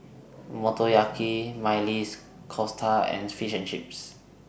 Motoyaki Maili Kofta and Fish and Chips